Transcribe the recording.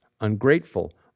ungrateful